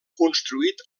construït